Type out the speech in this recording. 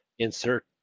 insert